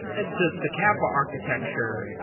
and so the kappa architecture,